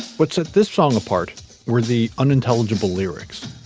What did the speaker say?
what's at this song apart were the unintelligible lyrics.